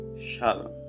Shalom